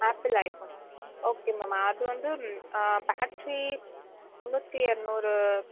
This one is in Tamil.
ஆப்பிள் ஐஃபோன் ஓகே மேம் அது வந்து பேட்ரி முன்னூற்றி இரநூறு